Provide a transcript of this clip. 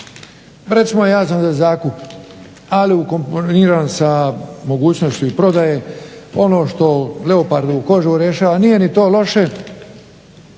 Recimo ja sam za zakup ali ukomponiran sa mogućnošću i prodaje. Ono što leopardu kožu rješava nije ni to loše